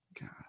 God